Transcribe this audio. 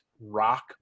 rock